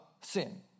sin